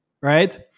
right